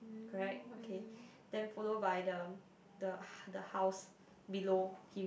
correct okay then follow by the the the house below him